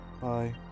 Bye